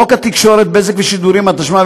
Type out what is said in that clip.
חוק התקשורת (בזק ושידורים), התשמ"ב